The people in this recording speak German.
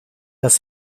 dass